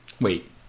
Wait